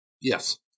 Yes